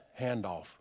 handoff